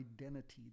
identity